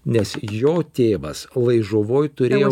nes jo tėvas laižuvoj turėjo